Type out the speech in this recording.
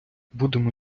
будемо